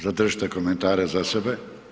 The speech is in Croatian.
Zadržite komentare za sebe.